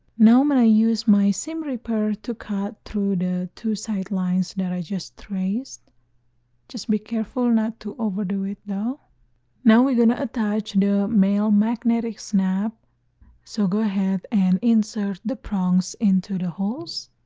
now i'm gonna use my seam ripper to cut through the two side lines that i just traced just be careful not to overdo it though now we're gonna attach the you know male magnetic snap so go ahead and insert the prongs into the holes,